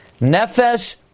Nefesh